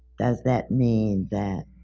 does that mean that